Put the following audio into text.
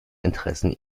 interessen